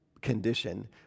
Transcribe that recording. condition